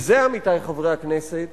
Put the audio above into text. וזה, עמיתי חברי הכנסת,